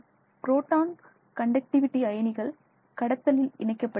proton conductivity அயனிகள் கடத்தலில் இணைக்கப்பட்டுள்ளது